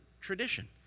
tradition